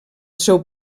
seu